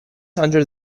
under